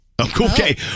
Okay